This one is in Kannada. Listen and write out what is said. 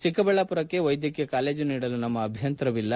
ಚಿಕ್ಕಬಳ್ಳಾಮರಕ್ಕೆ ವೈದ್ಯಕೀಯ ಕಾಲೇಜು ನೀಡಲು ನಮ್ಮ ಅಭ್ಯಂತರವಿಲ್ಲ